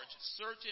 certain